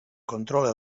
controla